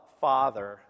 Father